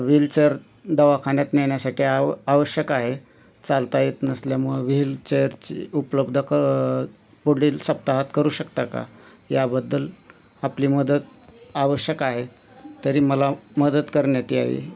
wheelchair दवाखान्यात नेण्यासाठी आव् आवश्यक आहे चालता येत नसल्यामुळं व्हीलचेअरची उपलब्ध क पुढील सप्ताहात करू शकता का याबद्दल आपली मदत आवश्यक आहे तरी मला मदत करण्यात यावी